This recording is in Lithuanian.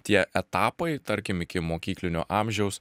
tie etapai tarkim ikimokyklinio amžiaus